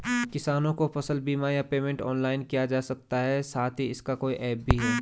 किसानों को फसल बीमा या पेमेंट ऑनलाइन किया जा सकता है साथ ही इसका कोई ऐप भी है?